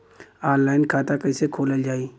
Online खाता कईसे खोलल जाई?